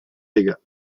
dégâts